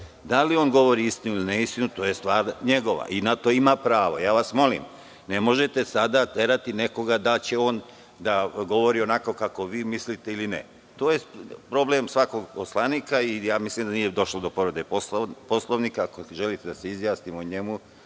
Da li on govori istinu ili neistinu to je njegova stvar. Na to ima pravo. Molim vas, ne možete sada terati nekoga da li će on da govori onako kako vi mislite ili ne. To je problem svakog poslanika. Mislim da nije došlo do povrede Poslovnika. Ako želite da se izjasnimo o njemu,